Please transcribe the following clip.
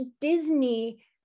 Disney